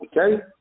okay